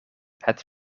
het